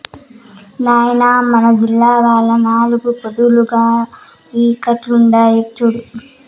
నాయనా మన జీవాల్ల నాలుగు ఈ పొద్దుగాల ఈకట్పుండాయి చూడు